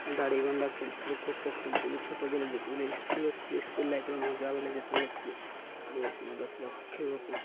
ଧାଡ଼ି ବନ୍ଧା ଖେଳୁଥିଲୁ ଖୋ ଖୋ ଖେଳୁଥିଲୁ ଛୋଟ ବଳେ ଯେତେବେଳେ ସ୍କୁଲ୍ରେ ଥିଲି ସ୍କୁଲ୍ ଲାଇଫ୍ରେ ମଜା ବଲେ ଯେତେବେଳେ ଥିଲି ବହୁତ ମଜା ଥିଲା ଖେଳିବାକୁ